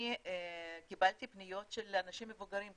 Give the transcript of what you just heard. אני קיבלתי פניות של אנשים מבוגרים,